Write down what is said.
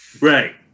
Right